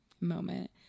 moment